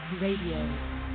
Radio